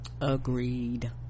agreed